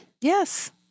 Yes